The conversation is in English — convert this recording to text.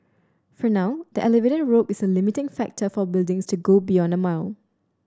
for now the elevator rope is a limiting factor for buildings to go beyond a mile